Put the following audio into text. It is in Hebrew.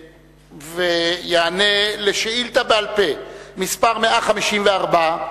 ויענה על שאילתא בעל-פה מס' 154,